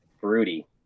fruity